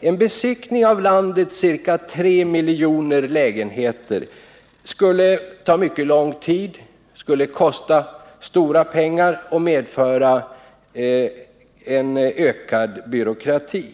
En besiktning av landets ca 3 miljoner lägenheter skulle ta mycket lång tid, kosta stora pengar och medföra en ökad byråkrati.